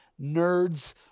Nerds